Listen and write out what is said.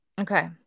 Okay